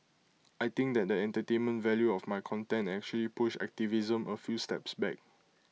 I think that the entertainment value of my content actually pushed activism A few steps back